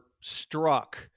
struck